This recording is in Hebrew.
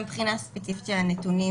גם מבחינה ספציפית של הנתונים,